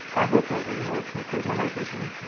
ah hope ah you know it can improve my night vision,